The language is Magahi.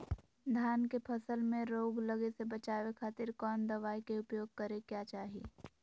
धान के फसल मैं रोग लगे से बचावे खातिर कौन दवाई के उपयोग करें क्या चाहि?